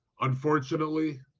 unfortunately